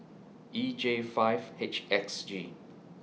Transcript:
E J five H X G